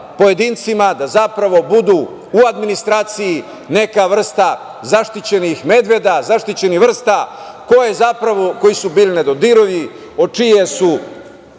pojedincima, da zapravo budu u administraciji neka vrsta zaštićenih medveda, zaštićenih vrsta koji su bili nedodirljivi, od čije su